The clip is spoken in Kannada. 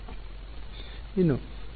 ವಿದ್ಯಾರ್ಥಿ ಇನ್ನೂ ಸಮಯ ನೋಡಿ 1707